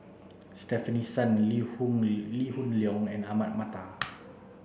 Stefanie Sun Lee Hoon Lee Lee Hoon Leong and Ahmad Mattar